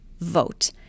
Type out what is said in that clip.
vote